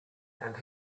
and